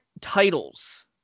titles